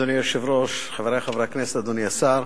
אדוני היושב-ראש, חברי חברי הכנסת, אדוני השר,